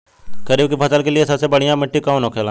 खरीफ की फसल के लिए सबसे बढ़ियां मिट्टी कवन होखेला?